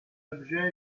objets